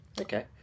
Okay